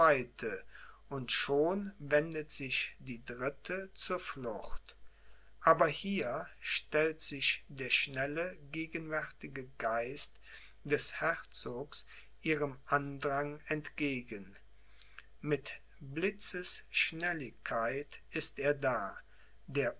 und schon wendet sich die dritte zur flucht aber hier stellt sich der schnell gegenwärtige geist des herzogs ihrem andrang entgegen mit blitzesschnelligkeit ist er da der